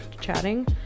chatting